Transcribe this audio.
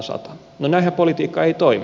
no näinhän politiikka ei toimi